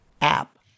app